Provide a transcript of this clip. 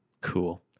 Cool